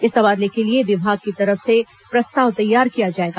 इस तबादले के लिए विभाग की तरफ से प्रस्ताव तैयार किया जाएगा